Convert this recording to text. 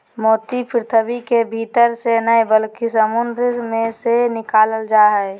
मोती पृथ्वी के भीतर से नय बल्कि समुंद मे से निकालल जा हय